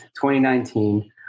2019